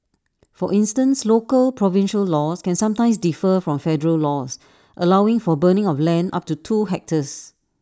for instance local provincial laws can sometimes differ from federal laws allowing for burning of land up to two hectares